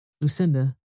Lucinda